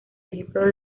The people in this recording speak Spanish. ejemplo